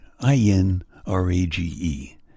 i-n-r-a-g-e